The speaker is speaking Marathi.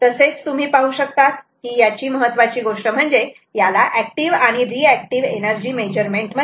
तसेच तुम्ही पाहू शकतात की यांची महत्त्वाची गोष्ट म्हणजे याला ऍक्टिव्ह आणि रिएक्टिव एनर्जी मेजरमेंट मध्ये ०